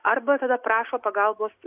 arba tada prašo pagalbos